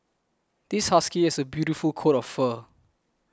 this husky has a beautiful coat of fur